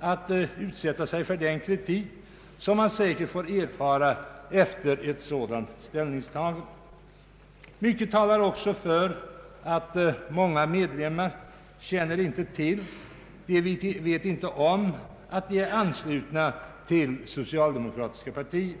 för att utsätta sig för den kritik som man säkert får erfara efter ett sådant ställningstagande. Mycket talar också för att många medlemmar inte vet om att de är anslutna till socialdemokratiska partiet.